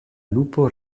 lupo